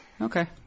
Okay